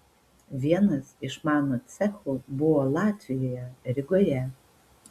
vienas iš mano cechų buvo latvijoje rygoje